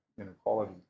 inequality